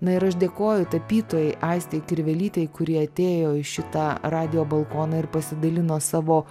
na ir aš dėkoju tapytojai aistei kirvelytei kuri atėjo į šitą radijo balkoną ir pasidalino savo